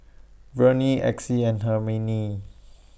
Verne Exie and Hermine